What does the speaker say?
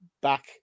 back